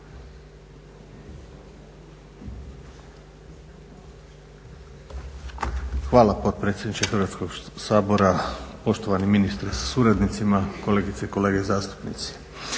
Hvala potpredsjedniče Hrvatskoga sabora, poštovani ministre sa suradnicima, kolegice i kolege zastupnici.